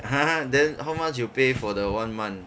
!huh! then how much you pay for the one month